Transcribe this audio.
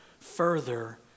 further